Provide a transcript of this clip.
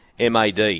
mad